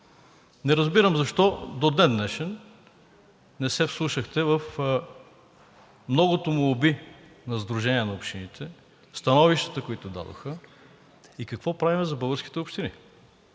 Не разбирам защо до ден днешен не се вслушахте в многото молби на Сдружението на общините, в становищата, които дадоха, и какво правим за българските общини.